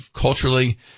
culturally